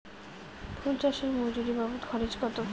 ফুল চাষে মজুরি বাবদ খরচ কত?